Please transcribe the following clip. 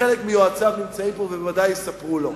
שחלק מיועציו שנמצאים פה בוודאי יספרו לו: